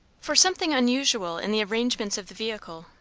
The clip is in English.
for something unusual in the arrangements of the vehicle,